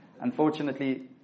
Unfortunately